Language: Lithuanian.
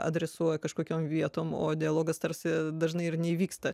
adresuoja kažkokiom vietom o dialogas tarsi dažnai ir neįvyksta